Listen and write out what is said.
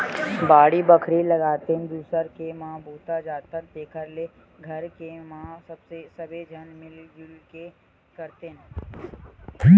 बाड़ी बखरी लगातेन, दूसर के म बूता जाथन तेखर ले घर के म सबे झन मिल जुल के करतेन